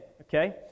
okay